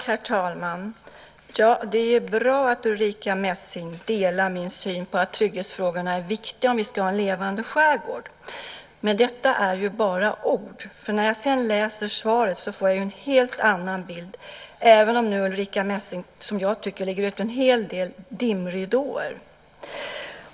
Herr talman! Ja, det är ju bra att Ulrica Messing delar min syn att trygghetsfrågorna är viktiga om vi ska ha en levande skärgård. Men detta är ju bara ord, för när jag läser svaret får jag en helt annan bild, även om nu Ulrica Messing som jag tycker lägger ut en hel del dimridåer.